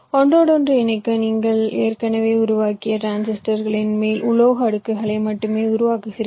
ஒன்றோடொன்று இணைக்க நீங்கள் ஏற்கனவே உருவாக்கிய டிரான்சிஸ்டர்களின் மேல் உலோக அடுக்குகளை மட்டுமே உருவாக்குகிறீர்கள்